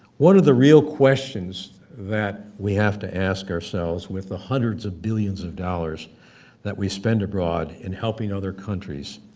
one of the real questions that we have to ask ourselves with the hundreds of billions of dollars that we spend abroad in helping other countries,